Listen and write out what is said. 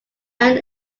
earn